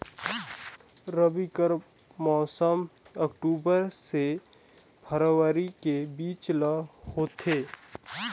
रबी कर मौसम अक्टूबर से फरवरी के बीच ल होथे